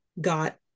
got